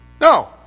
No